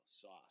Sauce